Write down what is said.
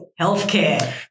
healthcare